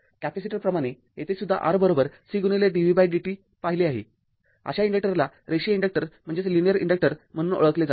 capacitor प्रमाणे येथे सुद्धा R C dvdt पाहिले आहे अशा इन्डक्टरला रेषीय इन्डक्टर म्हणून ओळखले जाते